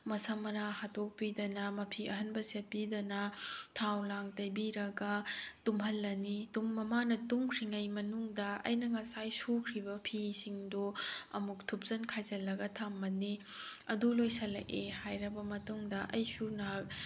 ꯃꯁꯝ ꯃꯅꯥ ꯍꯥꯠꯇꯣꯛꯄꯤꯗꯅ ꯃꯐꯤ ꯑꯍꯟꯕ ꯁꯦꯠꯄꯤꯗꯅ ꯊꯥꯎ ꯂꯥꯡ ꯇꯩꯕꯤꯔꯒ ꯇꯨꯝꯍꯜꯂꯅꯤ ꯃꯥꯅ ꯇꯨꯝꯈ꯭ꯔꯤꯉꯩ ꯃꯅꯨꯡꯗ ꯑꯩꯅ ꯉꯁꯥꯏ ꯁꯨꯈ꯭ꯔꯤꯕ ꯐꯤꯁꯤꯡꯗꯨ ꯑꯃꯨꯛ ꯊꯨꯞꯆꯤꯟ ꯈꯥꯏꯖꯤꯜꯂꯒ ꯊꯝꯃꯅꯤ ꯑꯗꯨ ꯂꯣꯏꯁꯤꯜꯂꯛꯑꯦ ꯍꯥꯏꯔꯕ ꯃꯇꯨꯡꯗ ꯑꯩꯁꯨ ꯉꯥꯏꯍꯥꯛ